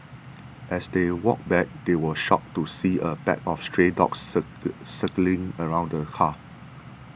as they walked back they were shocked to see a pack of stray dogs circling around the car